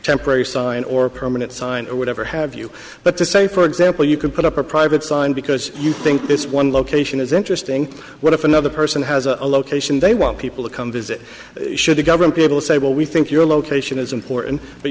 temporary sign or permanent sign or whatever have you but to say for example you could put up a private sign because you think this one location is interesting what if another person has a location they want people to come visit should govern people say well we think your location is important but